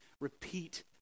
repeat